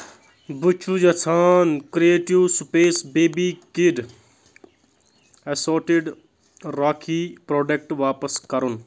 بہٕ چھُ یژھان creative space baby kid assorted rakhi product واپَس کرُن